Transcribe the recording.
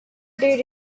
did